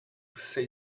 say